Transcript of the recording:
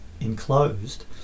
enclosed